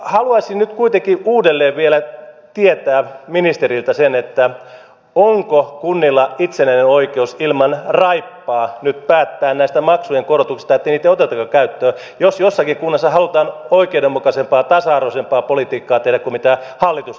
haluaisin nyt kuitenkin uudelleen vielä tietää ministeriltä sen onko kunnilla itsenäinen oikeus ilman raippaa nyt päättää näistä maksujen korotuksista ettei niitä otetakaan käyttöön jos jossakin kunnassa halutaan oikeudenmukaisempaa ja tasa arvoisempaa politiikkaa tehdä kuin hallitus haluaa tehdä